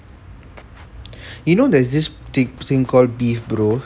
you know there's this thing called beef bro